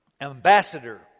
ambassador